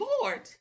Lord